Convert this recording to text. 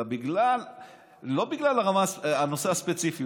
לא בגלל הנושא הספציפי.